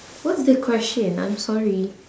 what's the question I'm sorry